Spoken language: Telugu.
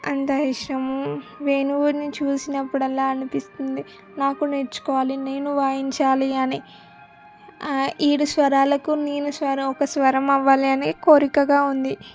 అంత ఇష్టం వేణువుని చూసినప్పుడల్లా అనిపిస్తుంది నాకు నేర్చుకోవాలి నేను వాయించాలి అని ఏడు స్వరాలకు నేను స్వరం ఒక స్వరం అవ్వాలని కోరికగా ఉంది